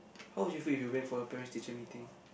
how would you feel if you went for a parents teacher meeting